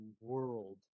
world